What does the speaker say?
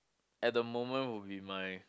at the moment would be my